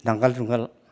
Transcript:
नांगोल जुंगाल